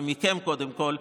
ומכם קודם כול,